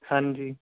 ਹਾਂਜੀ